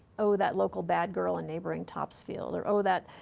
oh, that local bad girl in neighboring topsfield or, oh, that,